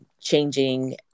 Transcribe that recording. changing